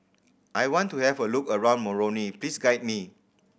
I want to have a look around Moroni please guide me